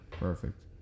Perfect